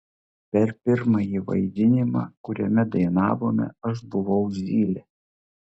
per pirmąjį vaidinimą kuriame dainavome aš buvau zylė